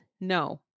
No